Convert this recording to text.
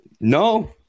no